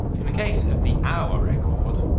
in the case of the hour record,